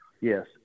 Yes